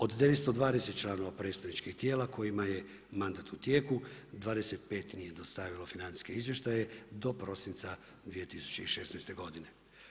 Od 920 članova predstavničkih tijela kojima je mandat u tijeku 25 nije dostavilo financijske izvještaje do prosinca 2016. godine.